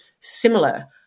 similar